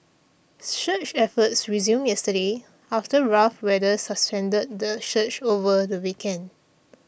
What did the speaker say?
search efforts resumed yesterday after rough weather suspended the search over the weekend